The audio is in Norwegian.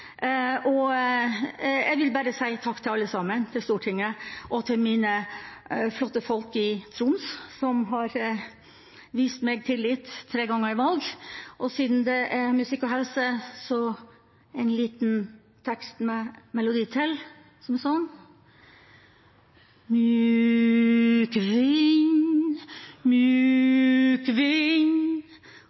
saker. Jeg vil bare si takk til alle sammen, til Stortinget, og til mine flotte folk i Troms, som har vist meg tillit tre ganger i valg – og siden det handler om musikk og helse, en liten tekst med melodi til, som går sånn: